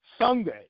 Sunday